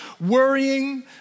Worrying